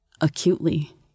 acutely